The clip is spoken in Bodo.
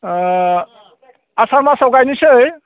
आसार मासाव गायनोसै